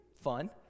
fun